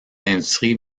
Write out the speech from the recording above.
industries